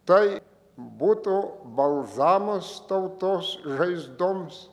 tai būtų balzamas tautos žaizdoms